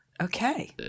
Okay